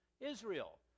Israel